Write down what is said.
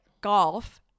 golf